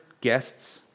guests